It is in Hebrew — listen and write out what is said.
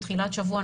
תחילת שבוע,